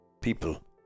people